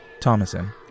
Thomason